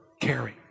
caring